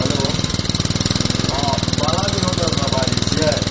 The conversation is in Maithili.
हैलो हँ बालाजी होटलसँ बाजय छियै